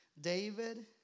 David